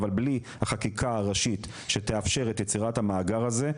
אבל בלי החקיקה הראשית שתאפשר את יצירת המאגר הזה,